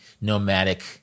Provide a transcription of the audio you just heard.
nomadic –